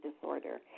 disorder